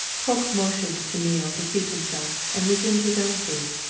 polke motioned to neale to seat himself, and resumed his own seat.